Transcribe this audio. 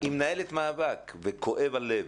היא מנהלת מאבק, וכואב הלב,